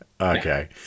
okay